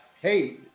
hey